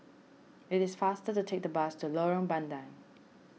it is faster to take the bus to Lorong Bandang